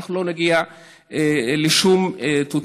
לא נגיע לשום תוצאה.